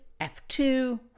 F2